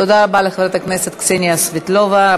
תודה רבה לחברת הכנסת קסניה סבטלובה.